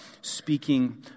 speaking